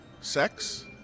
sex